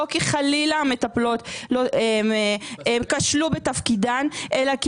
לא כי חלילה המטפלות כשלו בתפקידן אלא כי